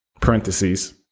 Parentheses